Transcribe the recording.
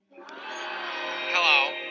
Hello